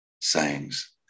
sayings